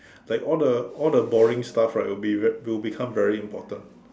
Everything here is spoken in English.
like all the all the boring stuff you know right will be will become very important